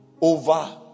over